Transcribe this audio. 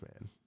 man